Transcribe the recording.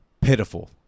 Pitiful